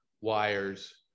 wires